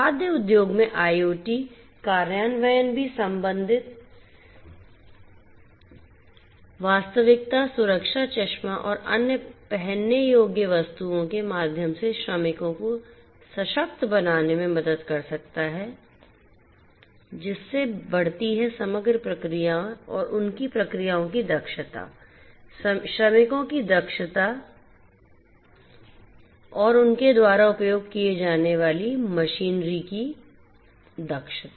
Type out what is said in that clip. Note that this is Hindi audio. खाद्य उद्योग में आईओटी कार्यान्वयन भी संवर्धित वास्तविकता सुरक्षा चश्मा और अन्य पहनने योग्य वस्तुओं के माध्यम से श्रमिकों को सशक्त बनाने में मदद कर सकता है जिससे बढ़ती है समग्र प्रक्रियाओं और उनकी प्रक्रियाओं की दक्षता श्रमिकों की दक्षता और उनके द्वारा उपयोग की जाने वाली मशीनरी की दक्षता